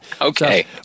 Okay